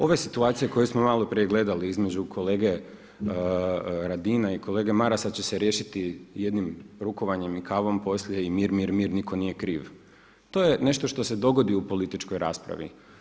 Ove situacije koje smo malo prije gledali između kolege Radina i kolege Marasa će se riješiti jednim rukovanjem i kavom poslije i mir, mir, mir niko nije kriv, to je nešto što se dogodi u političkoj raspravi.